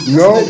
no